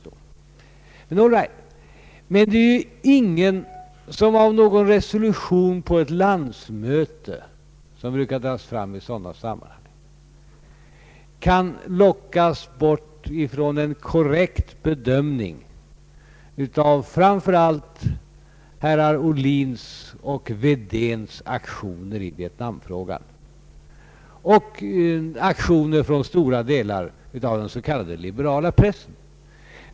Men all right, det är ju ingen som av någon resolution på ett landsmöte — som brukar dras fram i sådana här sammanhang — kan lockas bort från en korrekt bedömning av framför allt herr Ohlins och herr Wedéns aktioner i Vietnamfrågan och aktioner från stora delar av den s.k. liberala pressen.